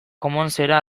commonsera